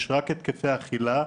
יש רק התקפי אכילה.